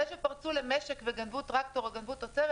זה שפרצו למשק וגנבו טרקטור או גנבו תוצרת,